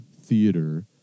theater